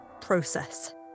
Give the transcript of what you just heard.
process